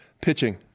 Pitching